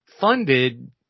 Funded